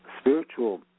spiritual